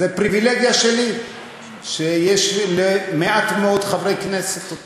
זה פריבילגיה שלי שיש אותה למעט מאוד חברי כנסת.